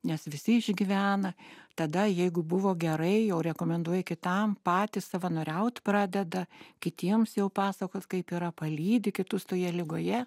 nes visi išgyvena tada jeigu buvo gerai jau rekomenduoja kitam patys savanoriaut pradeda kitiems jau pasakot kaip yra palydi kitus toje ligoje